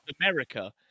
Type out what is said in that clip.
America